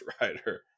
Rider